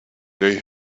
they